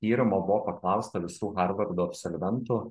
tyrimo buvo paklausta visų harvardo absolventų